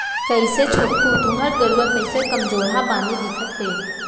कइसे छोटकू तुँहर गरूवा कइसे कमजोरहा बानी दिखत हे